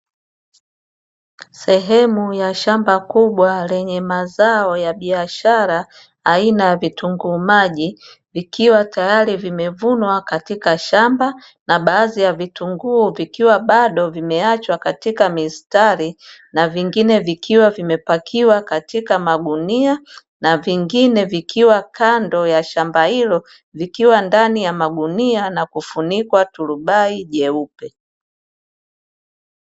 Sehemu ya shamba kubwa lenye mazao ya biashara aina ya vitunguu maji, vikiwa tayari vimevunwa katika shamba na baadhi ya vitunguu vikiwa bado vimeachwa katika mistari, na vingine vikiwa vimepakiwa katika magunia, na vingine vikiwa kando ya shamba hilo vikiwa ndani ya magunia na kufunikwa turubai jeupe.